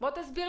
קודם כול,